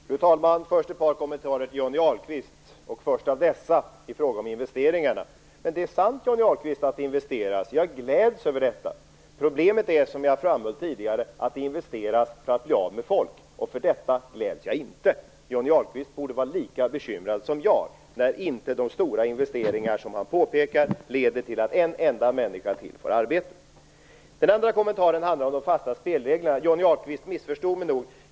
Fru talman! Först har jag ett par kommentarer till Johnny Ahlqvist. Den första av dessa gäller frågan om investeringarna. Det är sant, Johnny Ahlqvist, att det investeras. Jag gläds över detta. Problemet är, som jag framhöll tidigare, att det investeras för att bli av med folk. Över detta gläds jag inte. Johnny Ahlqvist borde vara lika bekymrad som jag när de stora investeringarna inte leder till att en enda människa till får arbete. Den andra kommentaren handlar om de fasta spelreglerna. Johnny Ahlqvist missförstod mig nog.